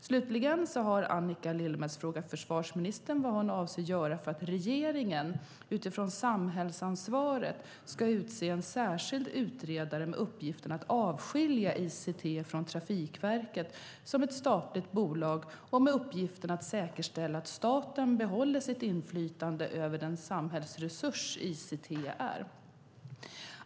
Slutligen har Annika Lillemets frågat försvarsministern vad hon avser att göra för att regeringen, utifrån samhällsansvaret, ska utse en särskild utredare med uppgiften att avskilja ICT från Trafikverket som ett statligt bolag och med uppgiften att säkerställa att staten behåller sitt inflytande över den samhällsresurs ICT är.